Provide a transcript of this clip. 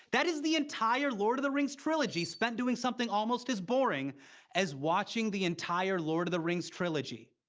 that is the entire lord of the rings trilogy spent doing something almost as boring as watching the entire lord of the rings trilogy.